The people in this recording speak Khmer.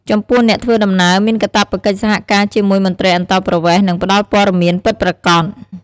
ចំពោះអ្នកធ្វើដំណើរមានកាតព្វកិច្ចសហការជាមួយមន្ត្រីអន្តោប្រវេសន៍ និងផ្តល់ព័ត៌មានពិតប្រាកដ។